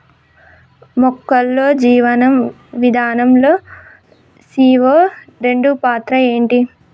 మొక్కల్లో జీవనం విధానం లో సీ.ఓ రెండు పాత్ర ఏంటి?